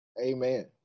Amen